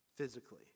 Physically